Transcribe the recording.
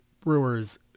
brewers